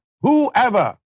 whoever